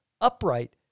upright